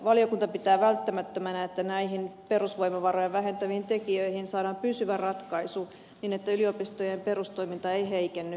valiokunta pitää välttämättömänä että näihin perusvoimavaroja vähentäviin tekijöihin saadaan pysyvä ratkaisu niin että yliopistojen perustoiminta ei heikenny